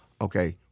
okay